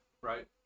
right